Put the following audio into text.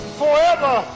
forever